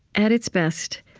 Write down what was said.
at its best,